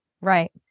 Right